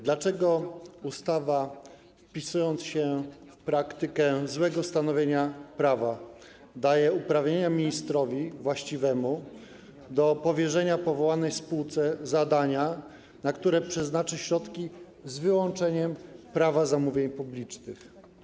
Dlaczego ustawa, wpisując się w praktykę złego stanowienia prawa, daje uprawnienia ministrowi właściwemu do powierzenia powołanej spółce zadania, na które przeznaczy środki z wyłączeniem prawa zamówień publicznych?